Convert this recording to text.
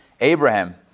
Abraham